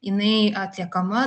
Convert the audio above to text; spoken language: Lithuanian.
jinai atliekama